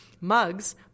Mugs